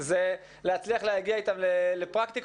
היא להצליח להגיע איתם לפרקטיקה.